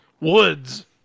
woods